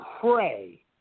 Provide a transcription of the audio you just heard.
pray